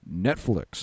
Netflix